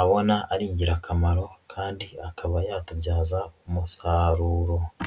abona ari ingirakamaro kandi akaba yatubyaza umusaruro.